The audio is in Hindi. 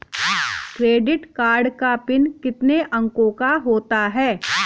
क्रेडिट कार्ड का पिन कितने अंकों का होता है?